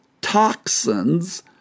toxins